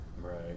Right